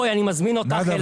אני מזמין אותך אלי.